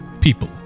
people